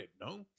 no